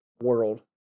world